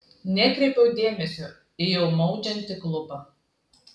nekreipiau dėmesio į jau maudžiantį klubą